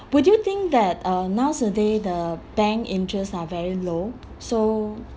would you think that uh nowadays the bank interest are very low so